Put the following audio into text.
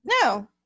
no